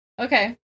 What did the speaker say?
Okay